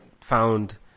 found